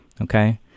Okay